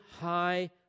high